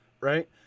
right